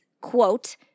quote